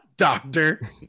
Doctor